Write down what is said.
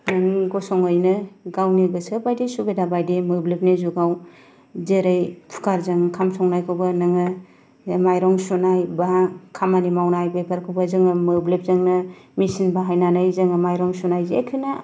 नों गसङैनो गावनि गोसो बायदियै सुबिदा बायदियै मोब्लिबनि जुगाव जेरै कुकारजों ओंखाम संनायखौबो नोङो माइरं सुनाय बा खामानि मावनाय बेफोरखौबो जोङो मोब्लिबजोंनो मेचिन बाहायनानै जोङो माइरं सुनाय जेखोनो